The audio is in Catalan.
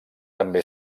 també